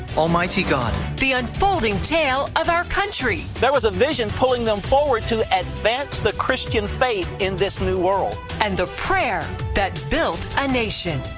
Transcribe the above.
almighty god. the unfolding tale of our country. there was a vision pulling them forward to advance the christian faith in this new world. and the prayer that built a nation.